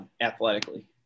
athletically